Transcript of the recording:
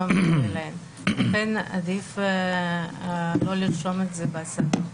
לכן עדיף לא לרשום את זה בסעיף.